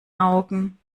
augen